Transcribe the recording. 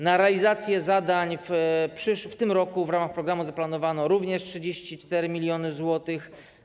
Na realizację zadań w tym roku w ramach programu zaplanowano również 34 mln zł.